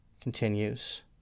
continues